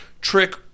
Trick